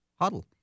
Huddle